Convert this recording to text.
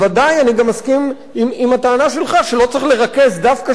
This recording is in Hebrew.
אני גם מסכים לטענה שלך שלא צריך לרכז דווקא שם,